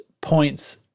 points